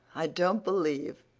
i don't believe,